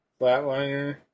Flatliner